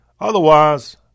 Otherwise